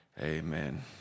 amen